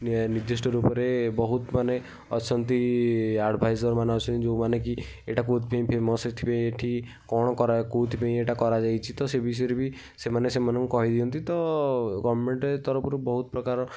ନିର୍ଦ୍ଧିଷ୍ଟ ରୂପରେ ବହୁତ ମାନେ ଆସନ୍ତି ଆଡ଼ଭାଇସର୍ମାନେ ଆସନ୍ତି ଯେଉଁମାନେ କି ଏଟା କେଉଁଥି ପାଇଁ ଫେମସ୍ ଏଠି କ'ଣ କରା କେଉଁଥି ପାଇଁ ଏଟା କରାଯାଇଛି ତ ସେ ବିଷୟରେ ବି ସେମାନେ ସେମାନଙ୍କୁ କହିଦିଅନ୍ତି ତ ଗଭର୍ଣ୍ଣମେଣ୍ଟ୍ ତରଫରୁ ବହୁତପ୍ରକାର